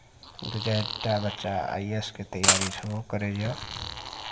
दू चारिटा बच्चा आई एस के तैयारी सेहो करैया